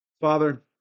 Father